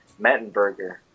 Mettenberger